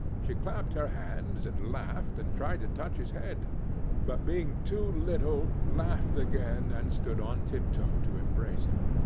she clapped her hands and laughed, and tried to touch his head but being too little, laughed again, and stood on tiptoe to embrace him.